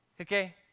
okay